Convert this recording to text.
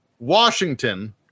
Washington